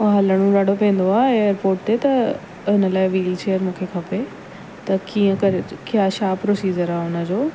हो हलिणो ॾाढो पवंदो आहे एयरपोर्ट ते उन लाइ वीलचेयर मूंखे खपे त कीअं करे छा प्रोसीजर आहे उन जो